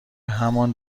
همان